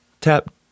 Tap